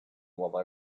while